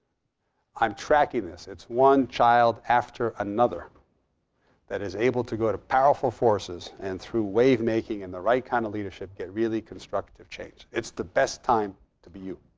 i'm tracking this. it's one child after another that is able to go to powerful forces and through wave making and the right kind of leadership get really constructive change. it's the best time to be you.